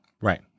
right